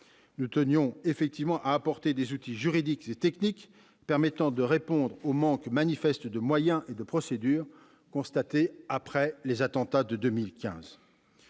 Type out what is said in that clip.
Nous tenions effectivement à apporter des outils juridiques et techniques permettant de répondre au manque manifeste de moyens et de procédures qui avait été constaté après les attentats de 2015.